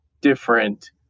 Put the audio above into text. different